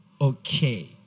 okay